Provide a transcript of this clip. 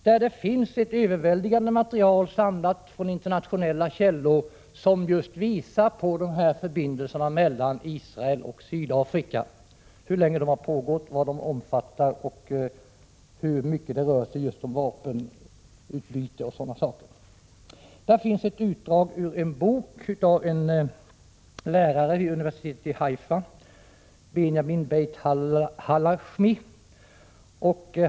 Där finns ett överväldigande material som samlats från internationella källor 65 och som visar på förbindelserna mellan Israel och Sydafrika, hur länge de har pågått, vad de omfattar och i vilken utsträckning de just rör sig om vapenutbyte. I boken finns ett utdrag ur en bok som en lärare vid universitetet i Haifa, Benjamin Beit-Hallahmi, har skrivit.